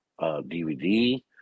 DVD